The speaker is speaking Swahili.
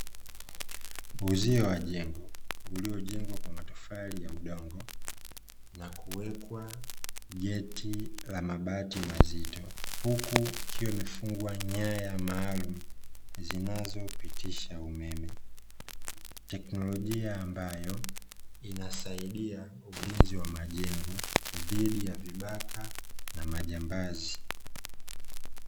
Uuzio wa jengo uliojengwa kwa matofali ya udongo na kuwekwa geti la mabati mazito huku ikiwa imefungwa nyaya maalum zinazopitisha umeme. Teknolojia ambayo inasaidia ulinzi wa majengo dhidi ya vibaka na majambazi.